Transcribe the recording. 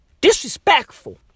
Disrespectful